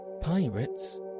Pirates